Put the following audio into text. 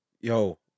Yo